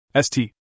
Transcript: ST